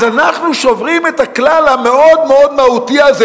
אז אנחנו שוברים את הכלל המאוד-מאוד מהותי הזה,